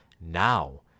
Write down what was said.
now